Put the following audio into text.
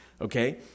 okay